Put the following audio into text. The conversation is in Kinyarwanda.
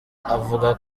avuga